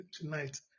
tonight